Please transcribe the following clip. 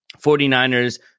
49ers